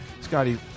Scotty